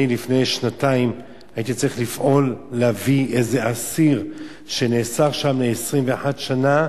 לפני שנתיים הייתי צריך לפעול להביא אסיר שנאסר שם ל-21 שנה,